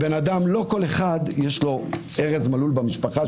לא לכל אחד יש ארז מלול במשפחה,